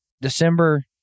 December